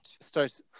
starts